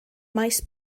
maes